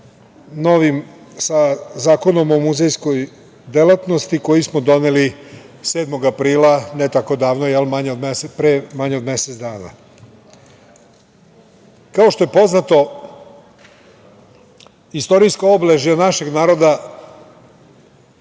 sa Zakonom o muzejskoj delatnosti koju smo doneli 7. aprila, ne tako davno, pre manje od mesec dana. Kao što je poznato istorijsko obeležje našeg naroda,